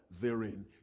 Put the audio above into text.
therein